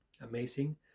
amazing